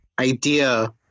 idea